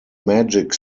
magic